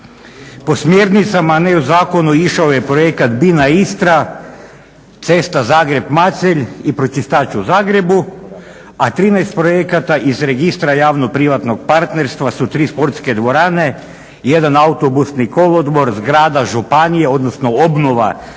Po smjernicama ne o zakonu išao je Projekat …-Istra cesta Zagreb-Macelj i Pročistač u Zagrebu, a 13 projekata iz registra javno-privatnog partnerstva su tri sportske dvorane, jedan autobusni kolodvor, obnova zgrade županije i 8 osnovnih škola